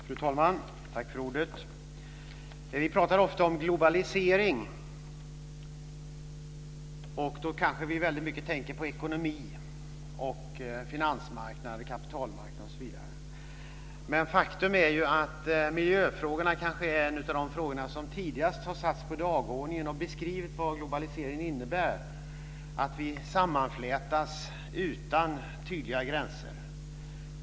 Fru talman! Vi pratar ofta om globalisering. Då tänker vi kanske mycket på ekonomi, finans och kapitalmarknader osv. Men faktum är att miljöfrågorna är bland dem som tidigast satts upp på dagordningen och beskrivit vad globalisering innebär: att vi sammanflätas utan tydliga gränser.